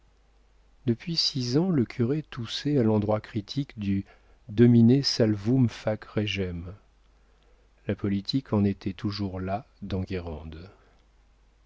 depuis six ans le curé toussait à l'endroit critique du domine salvum fac regem la politique en était toujours là dans